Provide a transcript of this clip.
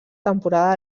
temporada